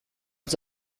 uns